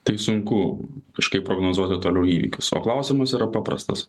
tai sunku kažkaip prognozuoti toliau įvykius o klausimas yra paprastas